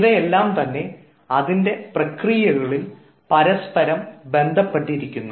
ഇവയെല്ലാം തന്നെ അതിൻറെ പ്രക്രിയകളിൽ പരസ്പരം ബന്ധപ്പെട്ടിരിക്കുന്നു